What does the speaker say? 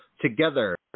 together